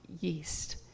yeast